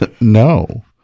no